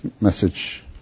Message